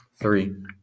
Three